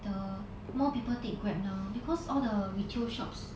the more people take Grab now because all the retail shops